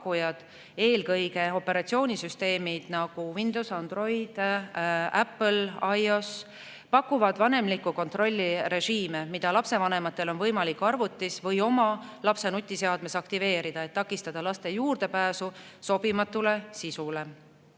eelkõige operatsioonisüsteemid, nagu Windows, Android ja Apple'i iOS, pakuvad vanemliku kontrolli režiime, mida on lapsevanematel võimalik arvutis või oma lapse nutiseadmes aktiveerida, et takistada lapse juurdepääsu sobimatule sisule.